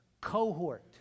cohort